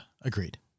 Agreed